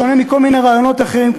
בשונה מכל מיני רעיונות אחרים,